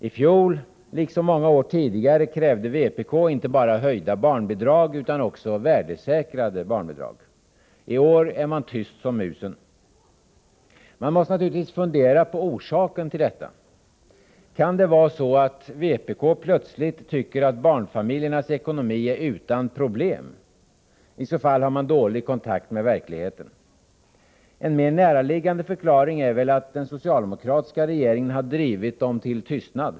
I fjol, liksom många år tidigare, krävde vpk inte bara höjda barnbidrag utan också värdesäkrade barnbidrag. I år är man tyst som musen. Man måste naturligtvis fundera på orsaken till detta. Kan det vara så, att vpk plötsligt tycker att barnfamiljernas ekonomi är utan problem? I så fall har man dålig kontakt med verkligheten. En mer näraliggande förklaring är väl att den socialdemokratiska regeringen har drivit vpk till tystnad.